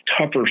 tougher